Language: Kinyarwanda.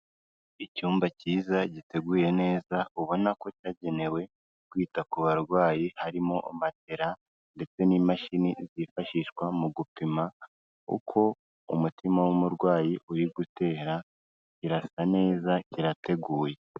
Icyumba cyiza giteguye neza ubona ko cyagenewe kwita ku barwayi harimo matela ndetse n'imashini zifashishwa mu gupima uko umutima w'umurwayi uri gutera, kirasa neza kirateguye.